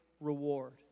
reward